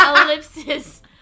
Ellipsis